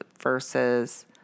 versus